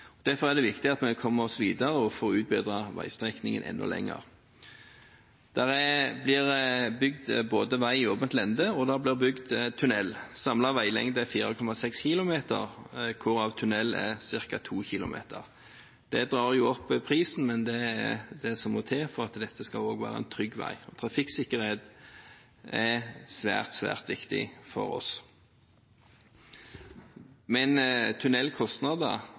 Derfor er det viktig at vi kommer oss videre og får utbedret veistrekningen enda lenger. Det blir bygd vei både i åpent lende og i tunnel. Samlet veilengde er 4,6 km, hvorav tunnelen utgjør ca. 2 km. Det drar opp prisen, men det er det som må til for at dette også skal være en trygg vei. Trafikksikkerhet er svært, svært viktig for oss. Men